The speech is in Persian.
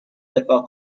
دفاع